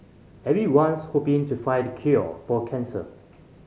everyone's hoping to find the cure for cancer